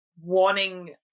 wanting